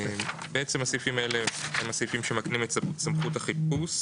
בעצם הסעיפים האלה הם הסעיפים שמקנים את סמכות החיפוש.